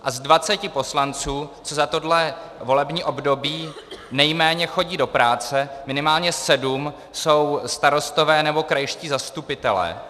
Z dvaceti poslanců, co za tohle volební období nejméně chodí do práce, minimálně sedm jsou starostové nebo krajští zastupitelé.